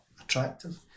attractive